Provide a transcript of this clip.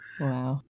Wow